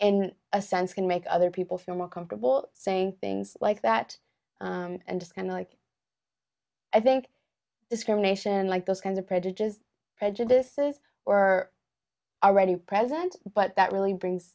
in a sense can make other people feel more comfortable saying things like that and just kind of like i think discrimination like those kinds of prejudices prejudices or already present but that really brings